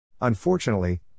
Unfortunately